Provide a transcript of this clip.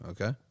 Okay